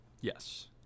Yes